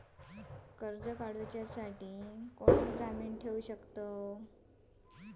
कर्ज काढूसाठी कोणाक जामीन ठेवू शकतव?